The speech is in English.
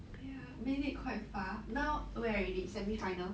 !wah! made it quite far now where already semi final